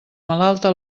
malalta